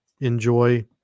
Enjoy